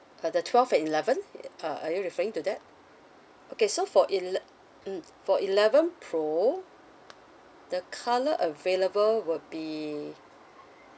uh the twelve and eleven uh are you referring to that okay so for ele~ mmhmm for eleven pro the colour available would be